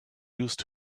used